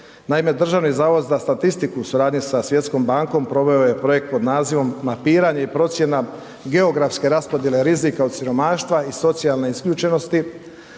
Naime, Državni zavod za statistiku u suradnju sa svjetskom banom, proveo je projekt pod nazivom Mapiranje i procjena geografske raspodjele rizika od siromaštva i socijalne isključenosti